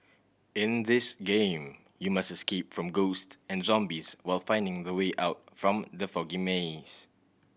in this game you must escape from ghosts and zombies while finding the way out from the foggy maze